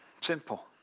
Simple